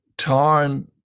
time